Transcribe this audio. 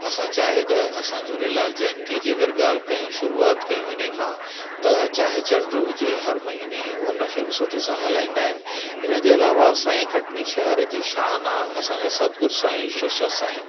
असां चाहे त असां झूलेलाल जयंती जी अगरि ॻाल्हि कयू शुरुआत कयू इन खां त चाहे चंड हुजे हर महीने उनखे बि सुठे सां मल्हाईंदा आहिनि इनजे अलावा असांजे कटनी शहर जी शान आहे असांजा सतगुरु साई ईश्वर शाह साहिबु